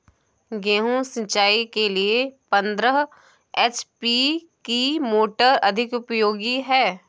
गेहूँ सिंचाई के लिए पंद्रह एच.पी की मोटर अधिक उपयोगी है?